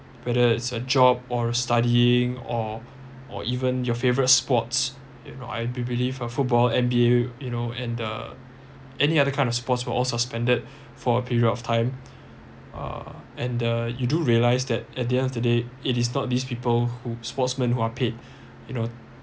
whether it's a job or studying or or even your favorite sports you know I be~ believed uh football N_B_A you know and the any other kind of sports would all suspended for a period of time uh and the you do realize that at the end of the day it is not these people who sportsmen who are paid you know